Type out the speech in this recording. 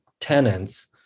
tenants